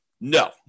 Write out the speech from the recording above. No